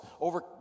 over